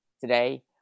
Today